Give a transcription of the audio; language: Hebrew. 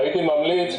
הייתי ממליץ,